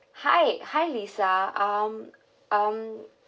hi hi lisa um um